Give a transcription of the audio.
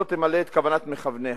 שלא תמלא את כוונת מכווניה.